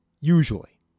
usually